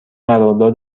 قرارداد